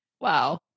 Wow